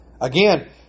Again